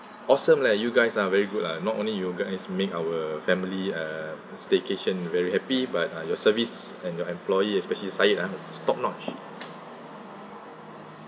awesome leh you guys are very good ah not only you guys make our family uh staycation very happy but uh your service and your employee especially sayid ah top notch